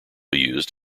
used